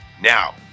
Now